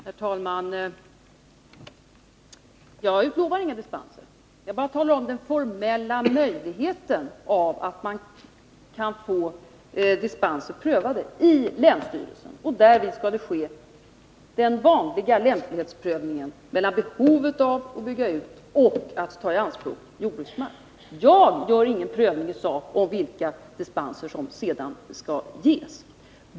Herr talman! Jag utlovar inga dispenser. Jag bara redovisar den formella möjligheten att få dispenser prövade i länsstyrelsen. Därvid skall den vanliga lämplighetsprövningen ske mellan behovet av att bygga ut och att tai anspråk jordbruksmark. Jag gör ingen prövning i sak av vilka dispenser som sedan skall ges.